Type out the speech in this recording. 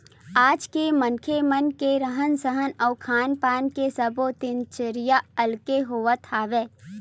आज के मनखे मन के रहन सहन अउ खान पान के सब्बो दिनचरया अलगे होवत हवय